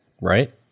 right